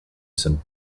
some